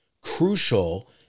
crucial